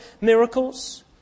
miracles